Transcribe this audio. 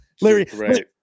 Larry